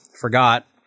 forgot